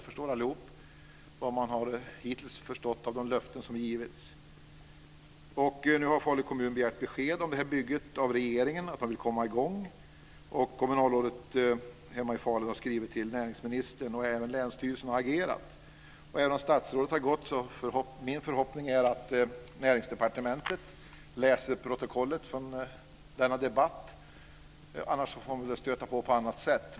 Då förstår allihop vad man hittills har förstått av de löften som getts. Nu har Falu kommun begärt besked om detta bygge av regeringen. Man vill komma i gång. Kommunalrådet hemma i Falun har skrivit till näringsministern, och även länsstyrelsen har agerat. Även om statsrådet har gått så är min förhoppning att Näringsdepartementet läser protokollet från denna debatt. Annars får man stöta på på annat sätt.